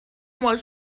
was